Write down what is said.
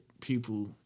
people